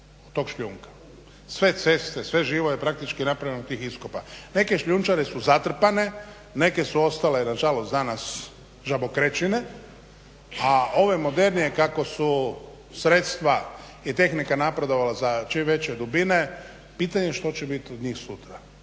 sve ceste, sve živo je praktički napravljeno od tih iskopa. Neke šljunčare su zatrpane, neke su ostale nažalost danas žabokrečine, a ove modernije kako su sredstva i tehnika napredovala za čim veće dubine pitanje je što će biti od njih sutra.